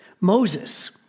Moses